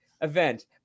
event